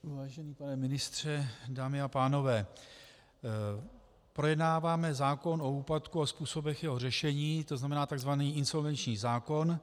Vážený pane ministře, dámy a pánové, projednáváme zákon o úpadku a jeho způsobech řešení, tzn. takzvaný insolvenční zákon.